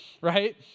right